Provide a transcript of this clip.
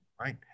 right